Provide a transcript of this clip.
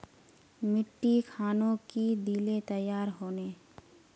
मिट्टी खानोक की दिले तैयार होने?